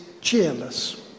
cheerless